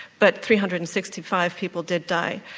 but three hundred and sixty five people did die.